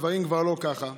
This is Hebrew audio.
הדברים כבר לא ככה,